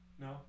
No